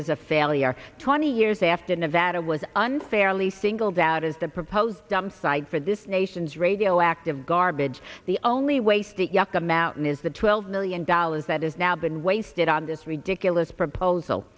is a failure twenty years after nevada was unfairly singled out as the proposed dump site for this nation's radioactive garbage the only wasted yucca mountain is the twelve million dollars that has now been wasted on this ridiculous proposal